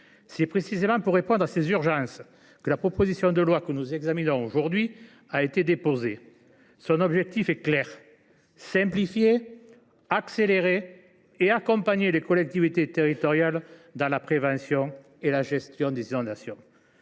C’est précisément pour faire face à ces urgences que la proposition de loi que nous examinons aujourd’hui a été déposée. Son objectif est clair : simplifier, accélérer et accompagner les collectivités territoriales dans la prévention et la gestion des inondations.